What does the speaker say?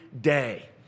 day